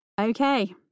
Okay